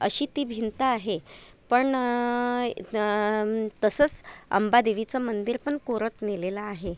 अशी ती भिंत आहे पण तसंच अंबादेवीचं मंदिर पण कोरत नेलेलं आहे